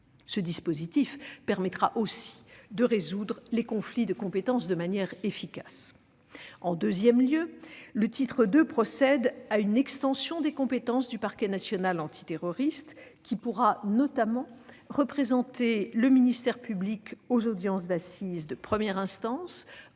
Ce dispositif permettra aussi de résoudre les conflits de compétences de manière efficace. En deuxième lieu, le titre II procède à une extension des compétences du parquet national antiterroriste, qui pourra notamment représenter le ministère public aux audiences d'assises de première instance